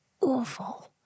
awful